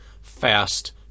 fast